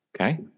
Okay